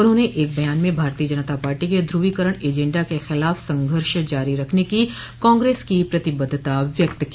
उन्होंने एक बयान में भारतीय जनता पार्टी के ध्रुवीकरण एजेंडा के खिलाफ संघर्ष जारी रखने की कांग्रेस की प्रतिबद्धता व्यक्त की